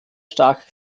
stark